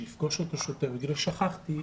יפגוש אותו שוטר והוא יגיד לו שהוא שכח לעטות מסכה,